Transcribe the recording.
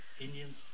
Indians